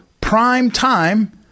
prime-time